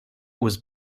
was